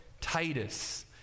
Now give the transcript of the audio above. Titus